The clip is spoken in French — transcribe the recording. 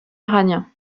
iranien